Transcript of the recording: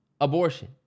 abortion